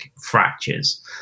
fractures